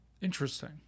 interesting